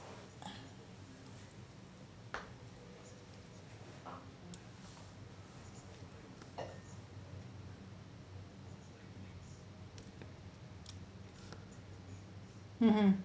mmhmm mm